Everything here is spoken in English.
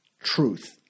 truth